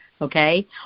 okay